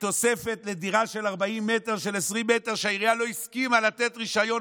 תוספת לדירה של 40 מטר של 20 מטר שהעירייה לא הסכימה לתת רישיון,